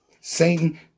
Satan